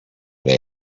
they